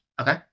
Okay